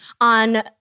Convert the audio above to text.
on